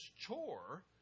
chore